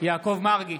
בהצבעה יעקב מרגי,